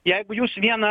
jeigu jūs vieną